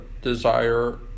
desire